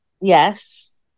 yes